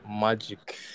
Magic